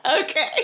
Okay